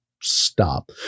stop